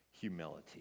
humility